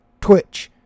Twitch